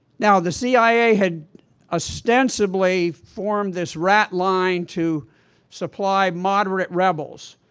now, the cia had ostensibly formed this rat line to supply moderate rebels.